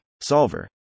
solver